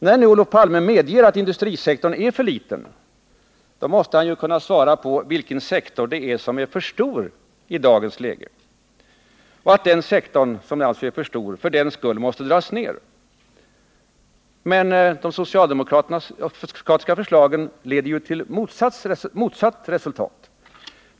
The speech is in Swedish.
När nu Olof Palme medger att industrisektorn är för liten, måste han kunna tala om vilken sektor som är för stor i dagens läge och att den sektorn för den skull måste dras ner. Men de socialdemokratiska förslagen leder ju till motsatt resultat.